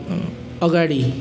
अगाडि